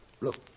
Look